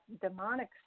demonic